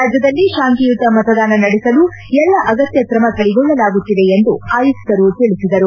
ರಾಜ್ಞದಲ್ಲಿ ಶಾಂತಿಯುತ ಮತದಾನ ನಡೆಸಲು ಎಲ್ಲಾ ಅಗತ್ತ್ ಕ್ರಮ ಕೈಗೊಳ್ಳಲಾಗುತ್ತಿದೆ ಎಂದು ಆಯುಕ್ತರು ತಿಳಿಸಿದರು